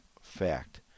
fact